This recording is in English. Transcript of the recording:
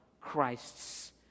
Christ's